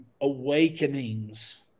awakenings